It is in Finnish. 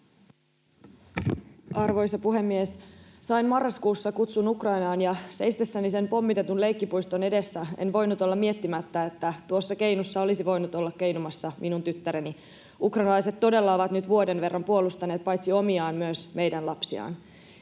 Arvoisa puhemies! Sain marraskuussa kutsun Ukrainaan, ja seistessäni pommitetun leikkipuiston edessä en voinut olla miettimättä, että tuossa keinussa olisi voinut olla minun tyttäreni keinumassa. Ukrainalaiset todella ovat nyt vuoden verran puolustaneet paitsi omiaan myös meidän lapsiamme.